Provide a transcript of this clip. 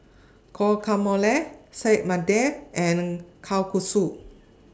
Guacamole Saag and Kalguksu